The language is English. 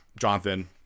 Jonathan